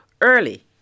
early